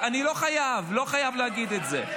אני לא חייב להגיד את זה.